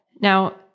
Now